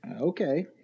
Okay